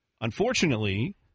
Unfortunately